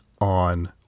on